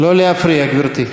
לא להפריע, גברתי.